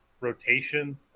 rotation